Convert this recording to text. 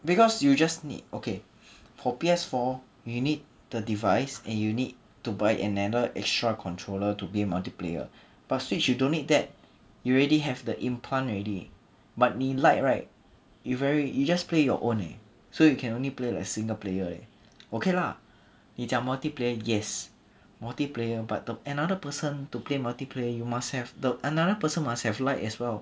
because you just need okay for P_S_four you need the device and you need to buy another extra controller to play multiplayer but switch you don't need that you already have the implant already but with lite right you very you just play your own eh so you can only play like single player leh okay lah 你讲 multiplayer yes multiplayer but the another person to play multiplayer you must have the another person must have lite as well